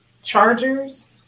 chargers